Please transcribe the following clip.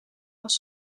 als